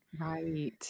right